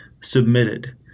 submitted